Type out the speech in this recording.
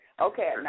Okay